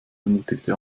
ermutigte